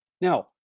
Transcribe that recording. Now